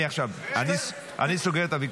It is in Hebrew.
לא --- אני סוגר את הוויכוח.